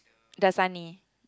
the sunny